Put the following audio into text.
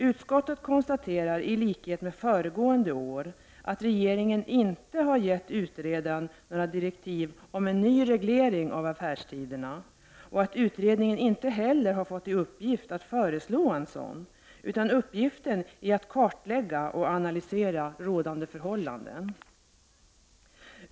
Utskottet konstaterar i likhet med föregående år att regeringen inte har gett utredaren några direktiv om en ny reglering av affärstiderna och att utredningen inte heller har fått i uppdrag att föreslå en sådan, utan uppgiften är att kartlägga och analysera rådande förhållanden.